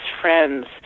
friends